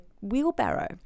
wheelbarrow